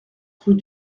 rue